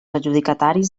adjudicataris